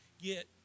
get